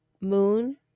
moon